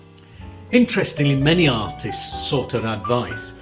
interestingly, many artists sought her advice,